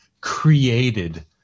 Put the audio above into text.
created